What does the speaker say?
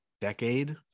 decade